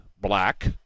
Black